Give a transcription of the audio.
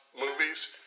movies